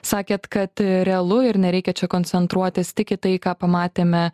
sakėt kad realu ir nereikia čia koncentruotis tik į tai ką pamatėme